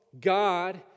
God